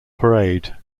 parade